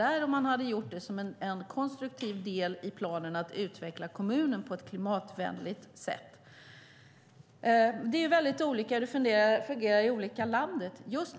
De hade gjort det som en konstruktiv del i planen att utveckla kommunen på ett klimatvänligt sätt. Det är mycket olika hur det fungerar i olika delar av landet.